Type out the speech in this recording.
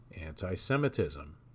anti-Semitism